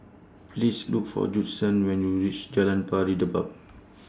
Please Look For Judson when YOU REACH Jalan Pari Dedap